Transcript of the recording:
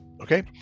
okay